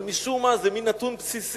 אבל משום מה זה מין נתון בסיסי